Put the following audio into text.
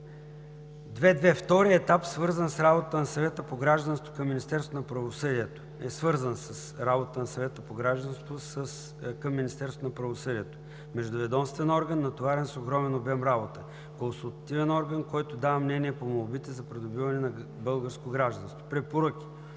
Втори етап е свързан с работата на Съвета по гражданство към Министерство на правосъдието - междуведомствен орган, натоварен с огромен обем работа. Консултативен орган, който дава мнение по молбите за придобиване на българско гражданство. Препоръки: